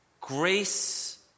grace